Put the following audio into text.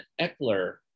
Eckler